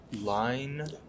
line